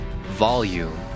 volume